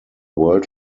world